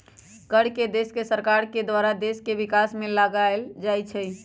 कर के देश के सरकार के द्वारा देश के विकास में लगाएल जाइ छइ